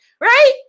right